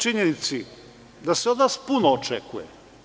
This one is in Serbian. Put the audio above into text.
Činjenica je da se od nas puno očekuje.